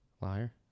Liar